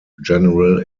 general